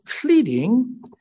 pleading